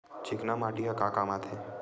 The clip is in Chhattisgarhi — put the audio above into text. चिकना माटी ह का काम आथे?